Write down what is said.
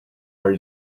are